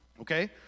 Okay